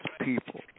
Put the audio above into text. people